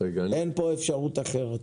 אין פה אפשרות אחרת.